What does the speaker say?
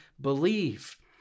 believe